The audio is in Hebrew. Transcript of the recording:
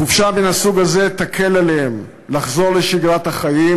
חופשה מן הסוג הזה תקל עליהם לחזור לשגרת החיים,